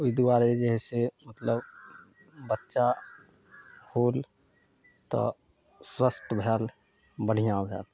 ओइ दुआरे जे हइ से मतलब बच्चा होल तऽ स्वस्थ भेल बढ़िआँ भेल